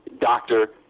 doctor